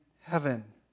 heaven